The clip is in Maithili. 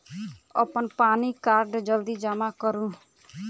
अप्पन पानि कार्ड जल्दी जमा करू?